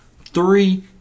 three